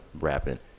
rapping